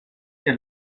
qu’à